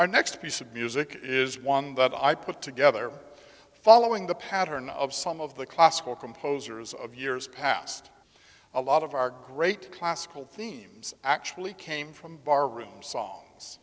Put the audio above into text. our next piece of music is one that i put together following the pattern of some of the classical composers of years past a lot of our great classical themes actually came from barroom songs